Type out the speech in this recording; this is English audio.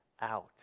out